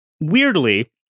weirdly